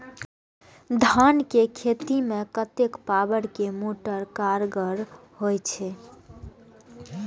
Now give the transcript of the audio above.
धान के खेती में कतेक पावर के मोटर कारगर होई छै?